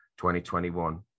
2021